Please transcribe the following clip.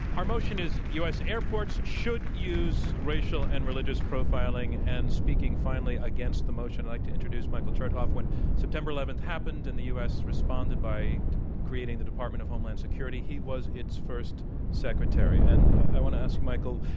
our motion is u. s. airports should use racial and religious profiling. and speaking finally against the motion, i'd like to introduce michael chertoff. nine when september eleven happened, and the u. s. responded by creating the department of homeland security, he was its first secretary. and i want to ask michael,